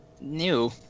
New